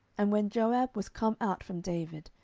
and when joab was come out from david,